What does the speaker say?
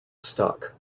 stuck